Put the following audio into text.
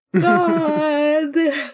God